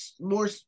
more